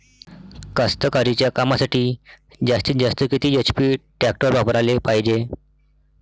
कास्तकारीच्या कामासाठी जास्तीत जास्त किती एच.पी टॅक्टर वापराले पायजे?